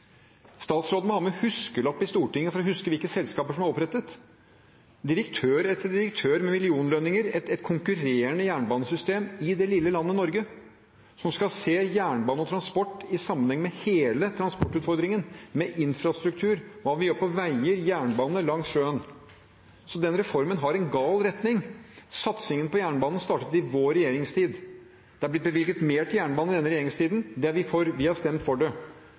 Statsråden må ha med huskelapp i Stortinget for å huske hvilke selskaper som er opprettet. Det er direktør etter direktør med millionlønninger og et konkurrerende jernbanesystem i det lille landet Norge, som skal se jernbane og transport i sammenheng med hele transportutfordringen, med infrastruktur, hva vi gjør på veier, jernbane og langs sjøen. Den reformen har en gal retning. Satsingen på jernbanen startet i vår regjeringstid. Det er blitt bevilget mer til jernbanen i denne regjeringstiden, det er vi for – vi har stemt for det.